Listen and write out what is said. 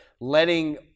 letting